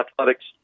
athletics